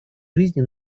жизни